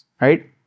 Right